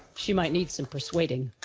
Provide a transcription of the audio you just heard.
she might need some persuading.